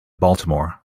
baltimore